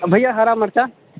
भैआ हरा मिरचाइ